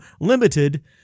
limited